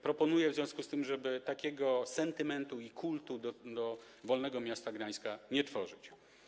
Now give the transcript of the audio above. Proponuję w związku z tym, żeby takiego sentymentu i kultu wokół Wolnego Miasta Gdańska nie tworzyć.